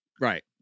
Right